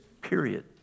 period